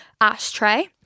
ashtray